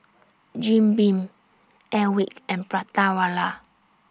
Jim Beam Airwick and Prata Wala